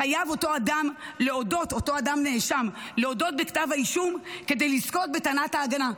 חייב אותו אדם נאשם להודות בכתב האישום כדי לזכות בטענת ההגנה.